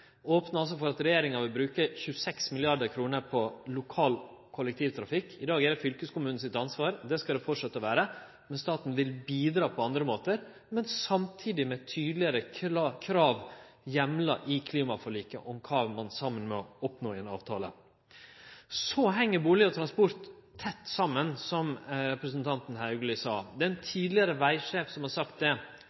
opnar for at regjeringa vil bruke 26 mrd. kr på lokal kollektivtrafikk. I dag er det fylkeskommunen sitt ansvar. Det skal det fortsetje å vere. Staten vil bidra på andre måtar, men samtidig med tydelegare krav som er heimla i klimaforliket om kva ein var samde om å oppnå i ein avtale. Så heng bustad og transport tett saman, som representanten Haugli sa. Ein tidlegare vegsjef har sagt at all transportpolitikks mor er arealpolitikken. Det